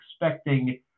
expecting –